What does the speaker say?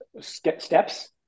steps